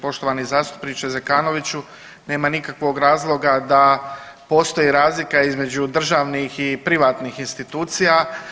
Poštovani zastupniče Zekanoviću, nema nikakvog razloga da postoji razlika između državnih i privatnih institucija.